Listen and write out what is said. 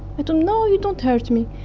but him, no, you don't hurt me.